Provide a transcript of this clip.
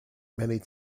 many